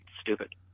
stupid